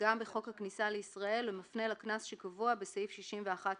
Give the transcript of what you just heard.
וגם בחוק הכניסה לישראל הוא מפנה לקנס שקבוע בסעיף 61(א)(2).